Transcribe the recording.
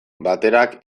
baterak